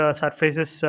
surfaces